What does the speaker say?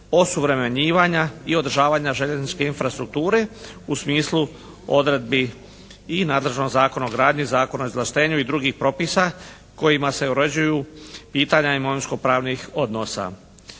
osuvremenjivanja i održavanja željezničke infrastrukture u smislu odredbi i nadležno Zakona o gradnji, Zakona o izvlaštenju i drugih propisa kojima se uređuju pitanja imovinskopravnih odnosa.